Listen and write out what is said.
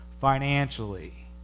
Financially